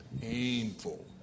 painful